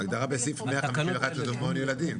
ההגדרה בסעיף 151 זה מעון ילדים.